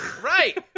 Right